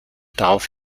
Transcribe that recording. darauf